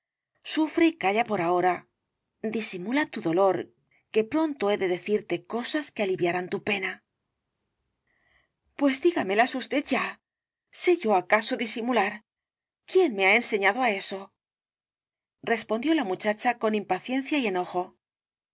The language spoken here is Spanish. sufre y calla por ahora disimula tu dolor que pronto he de decirte cosas que aliviarán tu pena pues dígamelas usted ya sé yo acaso disimular quién me ha enseñado á eso respondió la muchacha con impaciencia y enojo